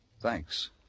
Thanks